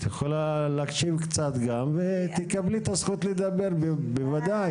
את יכולה להקשיב קצת גם ותקבלי את זכות לדבר בוודאי.